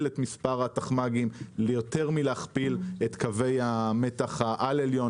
את מספר התחמ"גים ויותר מלהכפיל את קווי המתח העל עליון,